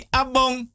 abong